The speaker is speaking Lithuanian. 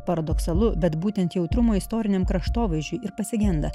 paradoksalu bet būtent jautrumą istoriniam kraštovaizdžiui ir pasigenda